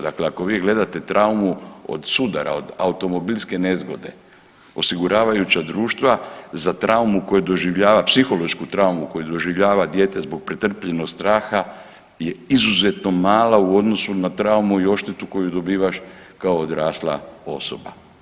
Dakle, ako vi gledate traumu od sudara od automobilske nezgode, osiguravajuća društva za traumu koju doživljava, psihološku traumu koju doživljava dijete zbog pretrpljenog straha je izuzetno mala u odnosu na traumu i odštetu koju dobivaš kao odrasla osoba.